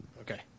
Okay